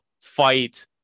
fight